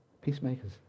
Peacemakers